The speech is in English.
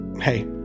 hey